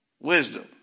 wisdom